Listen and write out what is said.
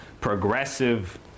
progressive